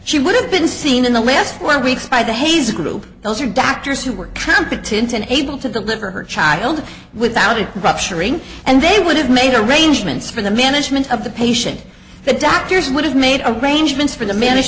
she would have been seen in the last four weeks by the hayes group those are doctors who were competent and able to the liver her child without it rupturing and they would have made arrangements for the management of the patient the doctors would have made arrangements for the manage